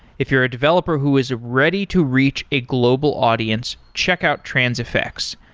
if you're a developer who is ready to reach a global audience, check out transifex.